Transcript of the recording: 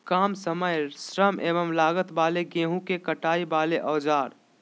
काम समय श्रम एवं लागत वाले गेहूं के कटाई वाले औजार?